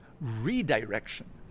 redirection